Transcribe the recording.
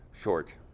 short